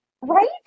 Right